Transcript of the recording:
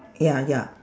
ya ya